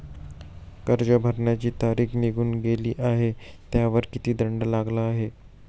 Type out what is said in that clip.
कर्ज भरण्याची तारीख निघून गेली आहे त्यावर किती दंड लागला आहे?